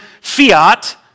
fiat